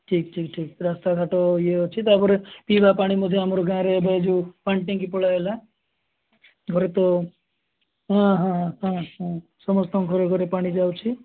ଠିକ୍ ଠିକ୍ ଠିକ୍ ରାସ୍ତାଘାଟ ଇଏ ଅଛି ତାପରେ ପିଇବା ପାଣି ମଧ୍ୟ ଆମର ଗାଁରେ ଏବେ ଯୋଉ ପାଣି ଟାଙ୍କି ପଳେଇ ଆସିଲା ଘରେ ତ ହଁ ହଁ ହଁ ହଁ ସମସ୍ତଙ୍କ ଘରେ ଘରେ ପାଣି ଯାଉଛି